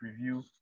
preview